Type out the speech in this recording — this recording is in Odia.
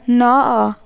ନଅ